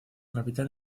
capital